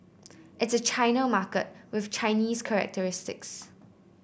it's a China market with Chinese characteristics